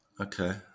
Okay